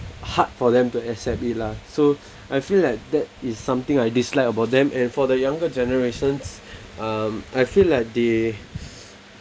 hard for them to accept it lah so I feel like that is something I dislike about them and for the younger generations um I feel like they